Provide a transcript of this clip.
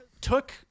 took